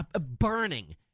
burning